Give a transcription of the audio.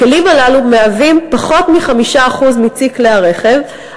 הכלים הללו הם פחות מ-5% מצי כלי הרכב,